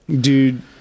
Dude